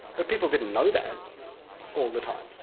but people didn't know that all the time.